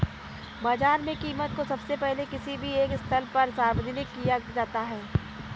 बाजार में कीमत को सबसे पहले किसी भी एक स्थल पर सार्वजनिक किया जाता है